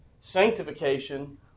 sanctification